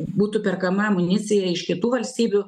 būtų perkama amunicija iš kitų valstybių